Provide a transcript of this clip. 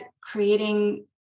creating